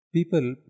People